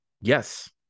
Yes